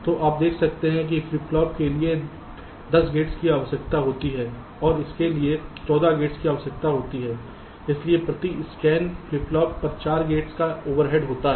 तो आप देख सकते हैं कि फ्लिप फ्लॉप के लिए 10 गेट्स की आवश्यकता होती है और इसके लिए 14 गेट्स की आवश्यकता होती है इसलिए प्रति स्कैन फ्लिप फ्लॉप पर 4 गेट्स का ओवरहेड होता है